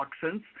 toxins